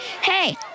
hey